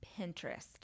Pinterest